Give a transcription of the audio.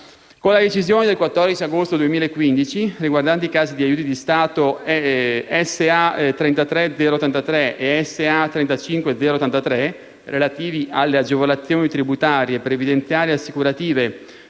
Con la decisione del 14 agosto 2015, riguardante i casi di aiuti di Stato SA.33083 e SA.35083, relativi alle agevolazioni tributarie, previdenziali e assicurative